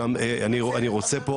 אני מתנצלת,